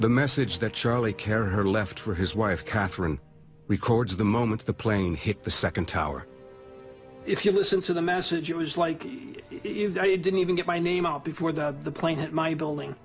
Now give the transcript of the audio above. the message that charlie carried her left for his wife catherine records the moment the plane hit the second tower if you listen to the message it was like if you didn't even get my name out before the plane hit my building